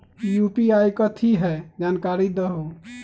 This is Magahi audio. यू.पी.आई कथी है? जानकारी दहु